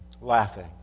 laughing